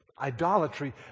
idolatry